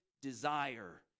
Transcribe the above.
desire